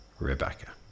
Rebecca